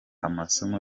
amasomo